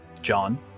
John